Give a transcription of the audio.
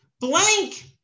blank